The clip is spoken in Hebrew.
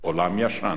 עולם ישן.